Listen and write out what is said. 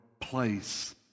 place